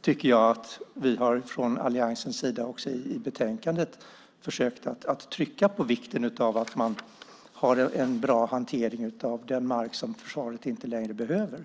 tycker jag att vi från alliansens sida har försök trycka på vikten av att man har en bra hantering av den mark som försvaret inte längre behöver.